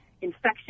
infection